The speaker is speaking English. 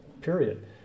Period